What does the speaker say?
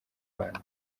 rwanda